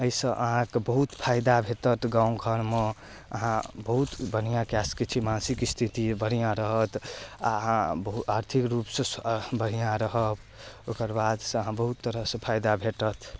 अइसँ अहाँके बहुत फायदा भेटत गाँव घरमे अहाँ बहुत बढ़िआँ कए सकै छी मानसिक स्थिति बढ़िआँ रहत अहाँ आर्थिक रूपसँ बढ़िआँ रहब ओकर बादसँ अहाँ बहुत तरहसँ फायदा भेटत